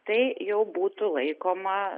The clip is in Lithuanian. tai jau būtų laikoma